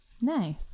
Nice